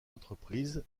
entreprise